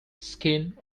skin